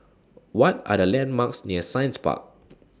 What Are The landmarks near Science Park